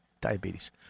Diabetes